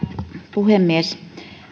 puhemies